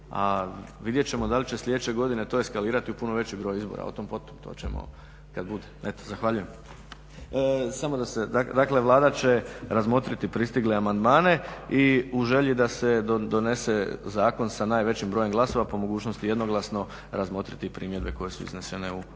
a vidjet ćemo da li će sljedeće godine to eskalirati u puno veći broj izbora, o tom potom, to ćemo kada bude. Eto, zahvaljujem. Samo da se, dakle Vlada će razmotriti pristigle amandmane i u želji donese zakon sa najvećim brojem glasova, po mogućnosti jednoglasno, razmotriti i primjedbe koje su iznesene u raspravi.